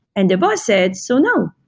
and the boss said, so no,